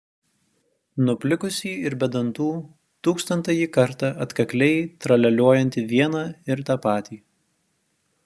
nuplikusį ir be dantų tūkstantąjį kartą atkakliai tralialiuojantį vieną ir tą patį